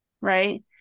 Right